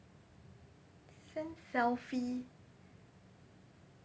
send selfie